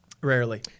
Rarely